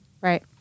Right